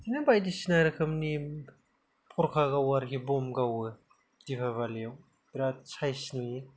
बिदिनो बायदिसिना रोखोमनि फरखा गावो आरोखि बम गावो दिपाबालियाव बिराद सायस नुयो